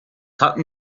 hatten